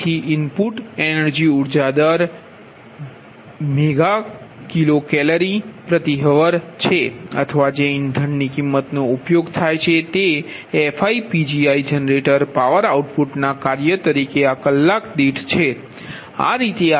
તેથી input energy ઉર્જા દર MKcalhr છે અથવા જે ઇંધણની કિંમતનો ઉપયોગ થાય છે FiPgi જનરેટર પાવર આઉટપુટના કાર્ય તરીકે આ કલાક દીઠ રૂ